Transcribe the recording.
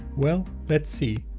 well, let's see.